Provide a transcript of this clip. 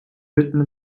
mitten